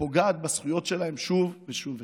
ופוגעת בזכויות שלהם שוב ושוב ושוב.